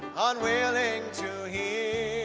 unwilling to hear